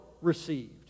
received